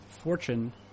fortune